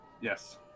Yes